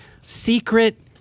Secret